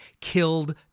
killed